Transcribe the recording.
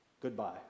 Goodbye